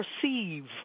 perceive